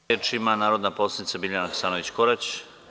Reč ima narodna poslanica Biljana Hasanović Korać.